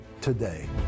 today